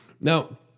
Now